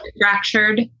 fractured